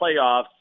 playoffs